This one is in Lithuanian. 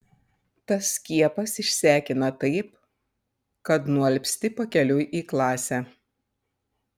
tas skiepas išsekina taip kad nualpsti pakeliui į klasę